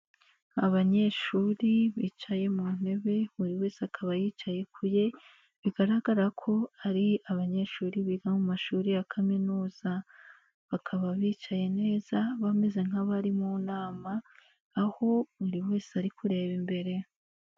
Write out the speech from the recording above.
Abanyeshuri bicaye mu ntebe buri wese akaba yicaye ku ye, bigaragara ko ari abanyeshuri biga mu mashuri ya kaminuza. Bakaba bicaye neza bameze nk'abari mu nama aho buri wese ari kureba imbere.